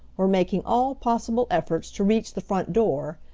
were making all possible efforts to reach the front door,